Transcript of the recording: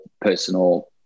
personal